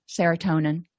serotonin